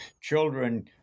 children